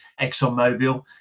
ExxonMobil